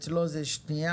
אצלו זה שנייה,